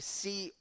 see